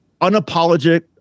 unapologetic